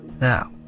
Now